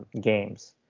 games